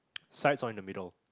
sides or in the middle